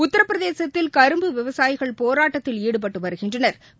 உத்திரபிரதேசத்தில் கரும்பு விவசாயிகள் போராட்டத்தில் ஈடுபட்டுவருகின்றனா்